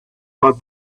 but